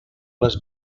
les